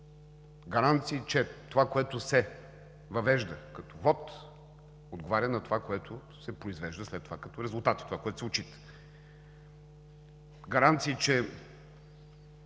гаранции, че това, което се въвежда като вот, отговаря на това, което се произвежда след това като резултати, това, което се отчита. Гаранции, че